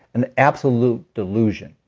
an absolute delusion.